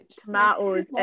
tomatoes